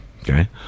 Okay